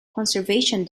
conservation